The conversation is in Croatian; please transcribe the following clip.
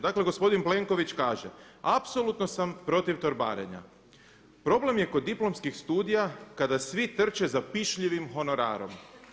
Dakle, gospodin Plenković kaže: „Apsolutno sam protiv torbarenja, problem je kod diplomskih studija kada svi trče za pišljivim honorarom.